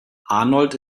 arnold